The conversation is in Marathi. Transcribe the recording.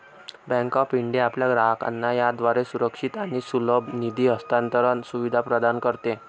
बँक ऑफ इंडिया आपल्या ग्राहकांना याद्वारे सुरक्षित आणि सुलभ निधी हस्तांतरण सुविधा प्रदान करते